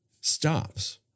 stops